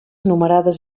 numerades